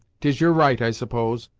tis your right, i suppose,